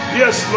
yes